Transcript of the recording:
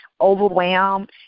overwhelmed